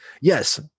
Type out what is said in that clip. yes